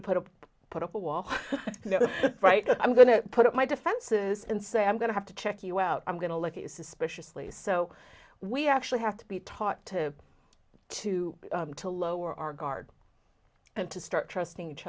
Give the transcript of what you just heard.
to put a put up a wall right i'm going to put my defenses and say i'm going to have to check you out i'm going to let you suspiciously so we actually have to be taught to to to lower our guard and to start trusting each